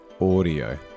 audio